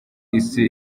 isi